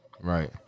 Right